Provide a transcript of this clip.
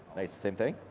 nice. same thing?